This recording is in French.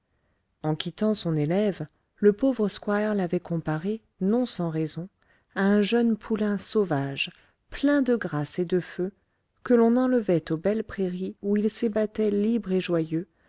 en quittant son élève le pauvre squire l'avait comparé non sans raison à un jeune poulain sauvage plein de grâce et de feu que l'on enlevait aux belles prairies où il s'ébattait libre et joyeux